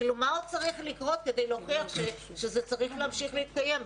מה עוד צריך לקרות כדי להוכיח שזה צריך להמשיך להתקיים,